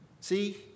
See